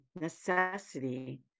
necessity